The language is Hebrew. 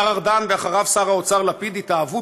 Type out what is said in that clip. השר ארדן ואחריו שר האוצר לפיד התאהבו